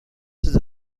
چیز